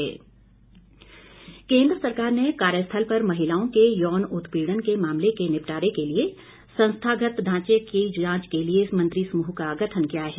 महिला सुरक्षा केन्द्र सरकार ने कार्यस्थल पर महिलाओं के यौन उत्पीडन के मामले के निपटारे के लिए संस्थागत ढांचे की जांच के लिए मंत्री समूह का गठन किया है